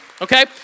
Okay